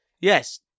yes